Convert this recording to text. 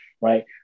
right